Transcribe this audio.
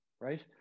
Right